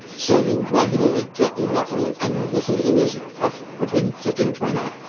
so you regularly get in that room and you listen to the music of between fifteen and twenty nine.